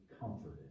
comforted